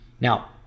Now